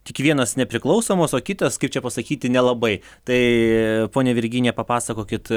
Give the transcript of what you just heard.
tik vienas nepriklausomas o kitas kaip čia pasakyti nelabai tai ponia virginija papasakokit